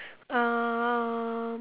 um